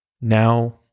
now